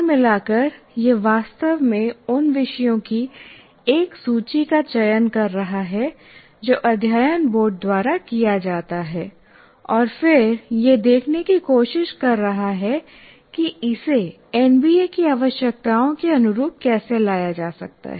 कुल मिलाकर यह वास्तव में उन विषयों की एक सूची का चयन कर रहा है जो अध्ययन बोर्ड द्वारा किया जाता है और फिर यह देखने की कोशिश कर रहा है कि इसे एनबीए की आवश्यकताओं के अनुरूप कैसे लाया जा सकता है